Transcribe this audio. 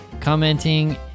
commenting